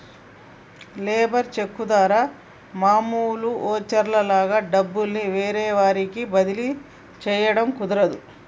labour cheque ద్వారా మామూలు voucher లాగా డబ్బుల్ని వేరే వారికి బదిలీ చేయడం కుదరదు